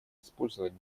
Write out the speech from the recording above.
использовать